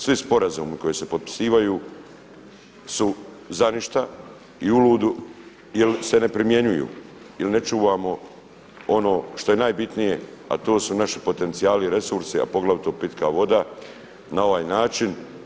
Svi sporazumi koji se potpisivaju su za ništa i u ludo jel se ne primjenjuju jel ne čuvamo ono što je najbitnije, a to su naši potencijali i resursi, a poglavito pitka voda na ovaj način.